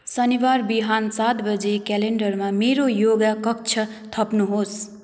शनिबार बिहान सात बजे क्यालेन्डरमा मेरो योगा कक्षा थप्नुहोस्